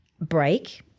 break